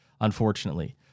unfortunately